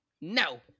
no